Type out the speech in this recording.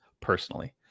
personally